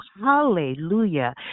hallelujah